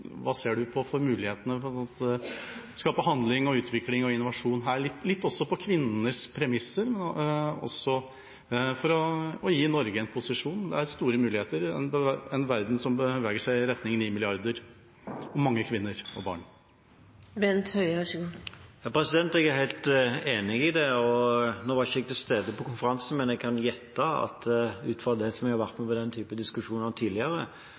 muligheter ser statsråden for å skape handling, utvikling og innovasjon her – også på kvinnenes premisser – og for å gi Norge en posisjon? Det er store muligheter i en verden som beveger seg i retning av 9 milliarder, og mange kvinner og barn. Jeg er helt enig i det. Nå var ikke jeg til stede på konferansen, men jeg kan gjette, ut fra det jeg har vært med på av den typen diskusjoner tidligere, at det som